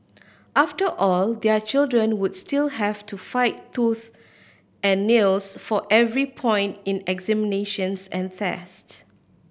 after all their children would still have to fight tooth and nails for every point in examinations and tests